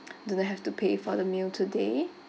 didn't have to pay for the meal today